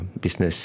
business